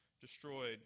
destroyed